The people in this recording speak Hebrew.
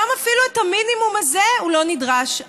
היום אפילו למינימום הזה הוא לא נדרש,